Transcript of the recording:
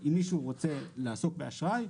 אם מישהו רוצה לעסוק באשראי,